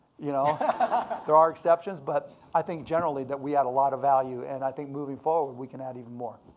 you know there are exceptions, but i think generally that we add a lotta value, and i think moving forward, we can add even more.